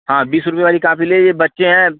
हाँ बीस रुपये वाली कापी लीजिए बच्चे हैं